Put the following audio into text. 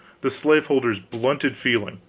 the slaveholder's blunted feeling.